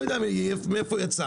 אני לא יודע מאיפה היא יצאה,